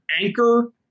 anchor